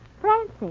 Francie